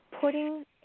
Putting